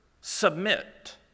submit